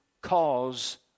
cause